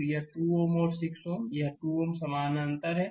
तो यह 2 Ω और 6 Ω यह 2 समानांतर हैं